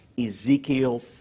Ezekiel